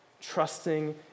Trusting